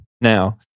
Now